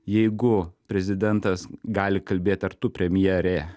jeigu prezidentas gali kalbėt ar tu premjerė